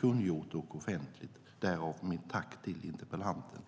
kungörs och offentliggörs, och därav mitt tack till interpellanten.